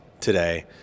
today